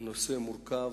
נושא מורכב.